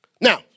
Now